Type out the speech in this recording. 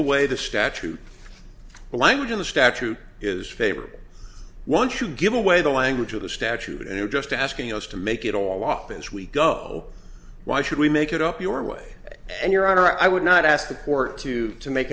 away the statute the language in the statute is favorable once you give away the language of the statute and you're just asking us to make it all off as we go why should we make it up your way and your honor i would not ask the court to to make